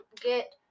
get